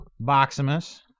Boximus